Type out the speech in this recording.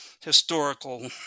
historical